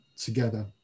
together